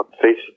face